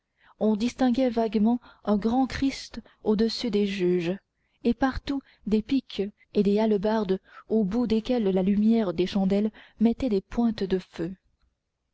on distinguait vaguement un grand christ au-dessus des juges et partout des piques et des hallebardes au bout desquelles la lumière des chandelles mettait des pointes de feu